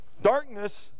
Darkness